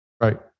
right